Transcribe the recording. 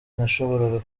nashoboraga